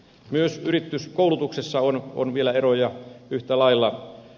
myös yrityskoulutuksessa on vielä eroja yhtä lailla